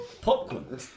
popcorn